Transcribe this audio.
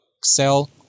Excel